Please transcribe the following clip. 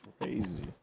crazy